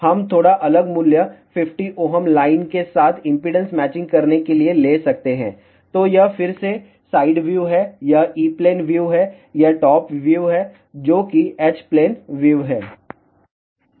हम थोड़ा अलग मूल्य 50 Ω लाइन के साथ इम्पीडेन्स मैचिंग करने के लिए ले सकते है तो यह फिर से साइड व्यू है यह E प्लेन व्यू है यह टॉप व्यू है जो कि H प्लेन व्यू है